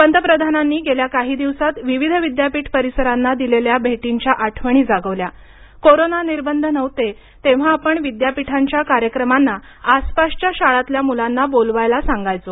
पंतप्रधानांनी गेल्या काही दिवसात विविध विद्यापीठ परिसरांना दिलेल्या भेटींच्या आठवणी जागवल्या कोरोना निर्बंध नव्हते तेव्हा आपण विद्यापीठांच्या कार्यक्रमांना आसपासच्या शाळांतल्या मुलांना बोलवायला सांगायचो